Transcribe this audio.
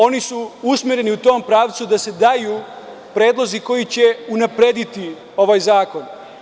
Oni su usmereni u tom pravcu da se daju predlozi koji će unaprediti ovaj zakon.